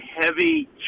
heavy